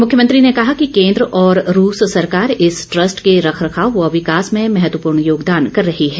मुख्यमंत्री ने कहा कि कोन्द्र और रूस सरकार इस ट्रस्ट के रखरखाव व विकास में महत्वपूर्ण योगदान कर रही है